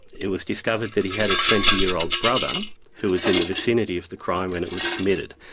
it was discovered that he had a twenty year old brother who was in the vicinity of the crime when it was committed.